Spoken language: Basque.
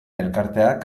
elkarteak